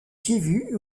kivu